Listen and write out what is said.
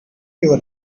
your